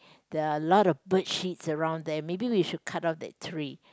there're a lot of bird shits around there maybe we should cut off that tree